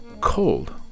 cold